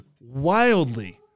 wildly